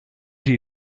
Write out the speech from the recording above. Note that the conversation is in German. die